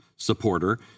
supporter